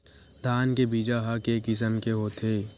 धान के बीजा ह के किसम के होथे?